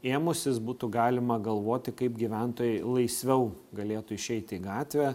ėmusis būtų galima galvoti kaip gyventojai laisviau galėtų išeiti gatvę